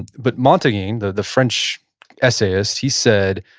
but montaigne, the the french essayist, he said,